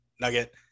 nugget